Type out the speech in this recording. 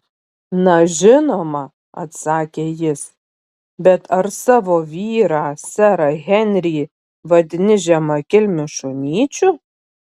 na žinoma atsakė jis bet ar savo vyrą serą henrį vadini žemakilmiu šunyčiu